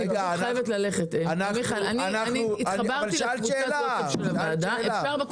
--- אני חייבת ללכת --- שאלת שאלה ואני עונה לך.